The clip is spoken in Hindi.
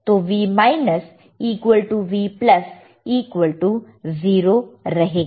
तो V V 0 रहेगा